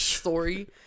story